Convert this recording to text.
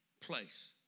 place